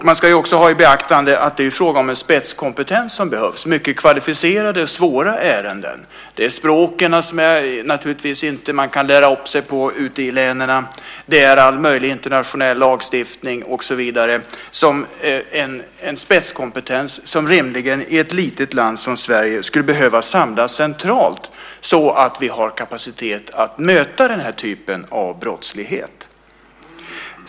Man ska också ha i beaktande att det är fråga om en spetskompetens som behövs. Det är mycket kvalificerade och svåra ärenden. Det handlar om språken, som man naturligtvis inte kan lära upp sig på ute i länen, all möjlig internationell lagstiftning och så vidare. Detta är en spetskompetens som rimligen, i ett litet land som Sverige, skulle behöva samlas centralt så att vi har kapacitet att möta den här typen av brottslighet.